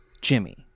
Jimmy